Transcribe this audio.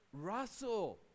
Russell